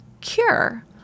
cure